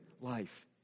life